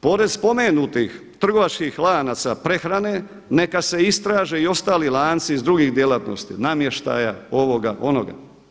Pored spomenutih trgovačkih lanaca prehrane neka se istraže i ostali lanci iz drugih djelatnosti namještaja, ovoga, onoga.